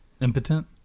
impotent